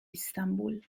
istanbul